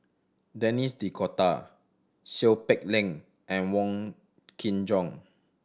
Denis D'Cotta Seow Peck Leng and Wong Kin Jong